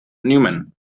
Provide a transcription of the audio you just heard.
newman